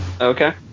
Okay